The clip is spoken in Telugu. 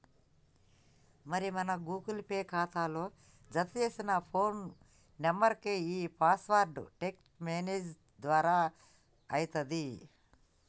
మరి మన గూగుల్ పే ఖాతాలో జతచేసిన ఫోన్ నెంబర్కే ఈ పాస్వర్డ్ టెక్స్ట్ మెసేజ్ దారా అత్తది